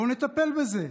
בואו נטפל בזה.